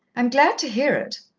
am glad to hear it,